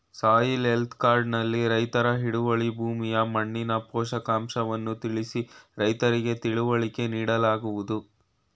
soil health card ನಲ್ಲಿ ರೈತರ ಹಿಡುವಳಿ ಭೂಮಿಯ ಮಣ್ಣಿನ ಪೋಷಕಾಂಶವನ್ನು ತಿಳಿಸಿ ರೈತರಿಗೆ ತಿಳುವಳಿಕೆ ನೀಡಲಾಗುವುದು